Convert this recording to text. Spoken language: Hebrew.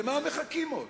למה מחכים עוד?